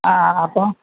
ആ അപ്പോൾ